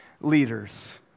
leaders